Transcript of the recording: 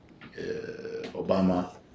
Obama